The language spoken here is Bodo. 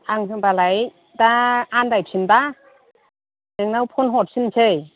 आं होनबालाय दा आनदायफिनबा नोंनाव फन हरफिननोसै